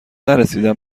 نرسیدم